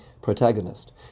protagonist